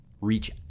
reach